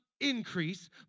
increase